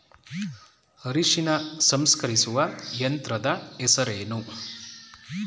ಅರಿಶಿನ ಸಂಸ್ಕರಿಸುವ ಯಂತ್ರದ ಹೆಸರೇನು?